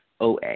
OA